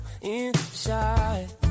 inside